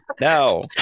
No